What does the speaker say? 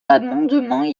amendements